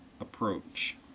approach